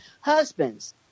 husbands